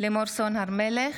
לימור סון הר מלך,